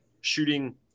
shooting